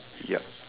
yep